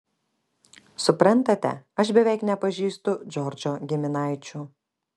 suprantate aš beveik nepažįstu džordžo giminaičių